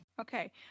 Okay